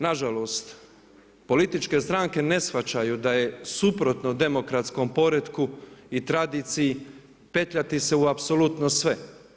Nažalost, političke stranke ne shvaćaju da je suprotno demokratskom poretku i tradiciji petljati se u apsolutno sve.